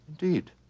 indeed